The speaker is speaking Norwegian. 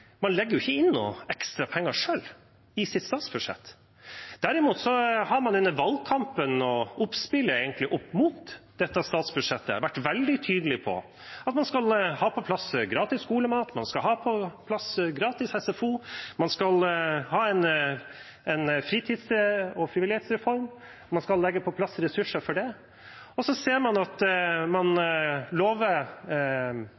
man legger ikke inn noen ekstra penger selv i sitt alternative statsbudsjett. Derimot har man under valgkampen og i oppspillet til dette statsbudsjettet vært veldig tydelig på at man skal ha på plass gratis skolemat, man skal ha på plass gratis SFO, man skal ha en fritids- og frivillighetsreform, man skal ha på plass ressurser for det. Man lover velgerne at det skal man løse gjennom økte skatter, så man